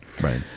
Right